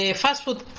fastfood